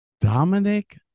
Dominic